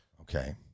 Okay